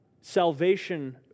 salvation